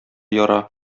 яра